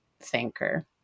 thinker